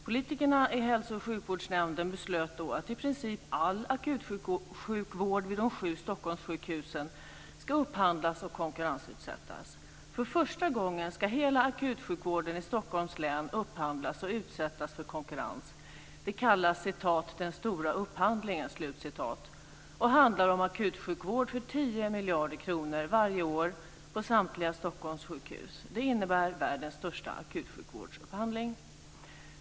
Politikerna i hälsooch sjukvårdsnämnden beslöt då att i princip all akutsjukvård vid de sju Stockholmssjukhusen ska upphandlas och konkurrensutsättas. Stockholms län upphandlas och utsättas för konkurrens. Det kallas 'Den stora upphandlingen' och handlar om akutsjukvård för tio miljarder kronor varje år på samtliga Stockholmssjukhus. Det innebär världens största akutsjukvårdsupphandling.